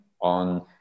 on